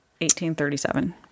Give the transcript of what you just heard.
1837